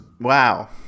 wow